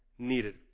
needed